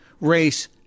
race